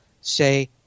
say